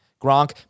Gronk